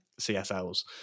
CSLs